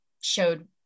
showed